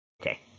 Okay